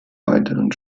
weiteren